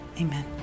amen